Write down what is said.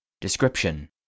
Description